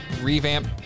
revamp